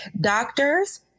doctors